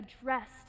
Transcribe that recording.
addressed